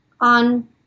on